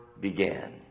began